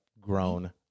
grown